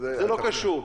אז --- זה לא קשור.